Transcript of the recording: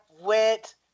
went –